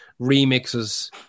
remixes